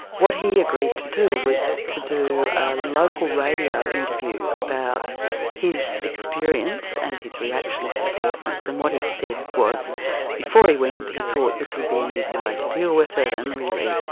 what he agreed to do was to do a local radio interview about his experience and his reaction to the conference, and what he said was before he went he thought this would be an easy way to deal with it, and really,